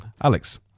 Alex